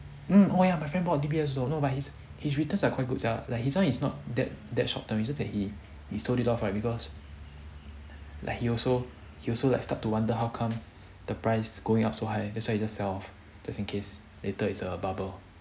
mm oh ya my friend bought D_B_S also but his his returns are quite good sia like his one is not that that short term is it that he he sold it off right because like he also he also like start to wonder how come the prices going up so high that's why he just sell lor just in case later is a bubble